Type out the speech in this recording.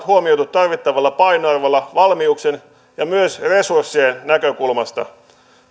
huomioitu tarvittavalla painoarvolla valmiuksien ja myös resurssien näkökulmasta